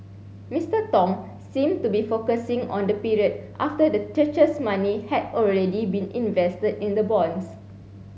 Mister Tong seemed to be focusing on the period after the church's money had already been invested in the bonds